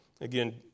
Again